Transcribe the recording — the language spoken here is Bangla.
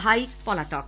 ভাই পলাতক